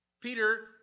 Peter